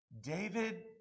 David